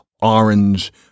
orange